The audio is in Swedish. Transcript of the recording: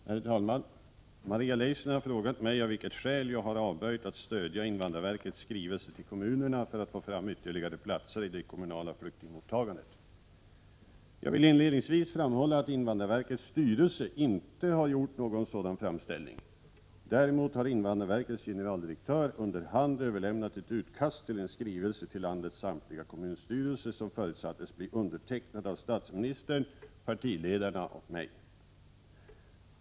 Herr talman! Maria Leissner har frågat mig av vilket skäl jag har avböjt att stödja invandrarverkets skrivelse till kommunerna för att få fram ytterligare platser i det kommunala flyktingmottagandet. Jag vill inledningsvis framhålla att invandrarverkets styrelse inte har gjort någon sådan framställning. Däremot har invandrarverkets generaldirektör under hand överlämnat ett utkast till en skrivelse till landets samtliga kommunstyrelser som förutsattes bli undertecknad av statsministern, partiledarna och mig.